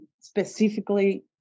specifically